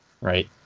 right